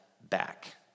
back